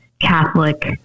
Catholic